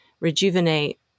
rejuvenate